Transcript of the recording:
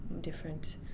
different